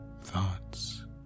thoughts